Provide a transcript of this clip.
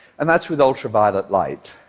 and that's with ultraviolet light.